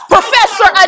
Professor